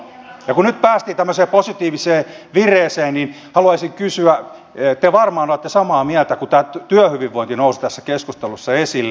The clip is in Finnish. ja kun nyt päästiin tämmöiseen positiiviseen vireeseen niin haluaisin kysyä te varmaan olette samaa mieltä kun tämä työhyvinvointi nousi tässä keskustelussa esille